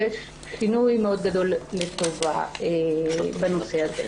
שיש שינוי מאוד גדול לטובה בנושא הזה.